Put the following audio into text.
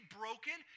broken